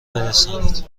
برسانید